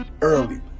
early